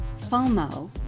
FOMO